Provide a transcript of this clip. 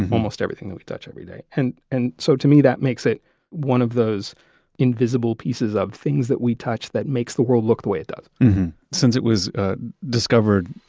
almost everything that we touch every day. and and so to me that makes it one of those invisible pieces of things that we touch that makes the world look the way it does since it was discovered,